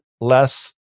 less